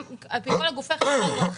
גם על פי כל גופי החברה האזרחית,